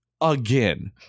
Again